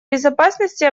безопасности